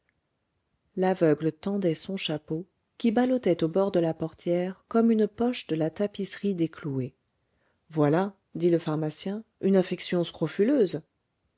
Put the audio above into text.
l'aveugle tendait son chapeau qui ballottait au bord de la portière comme une poche de la tapisserie déclouée voilà dit le pharmacien une affection scrofuleuse